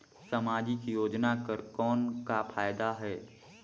समाजिक योजना कर कौन का फायदा है?